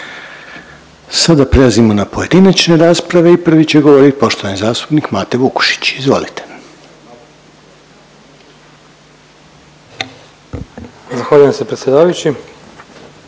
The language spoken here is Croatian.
Sada prelazimo na pojedinačne rasprave i prvi će govoriti poštovani zastupnik Mate Vukušić. Izvolite. **Vukušić, Mate (SDP)** Zahvaljujem se predsjedavajući.